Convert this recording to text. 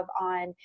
on